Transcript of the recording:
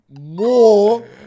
More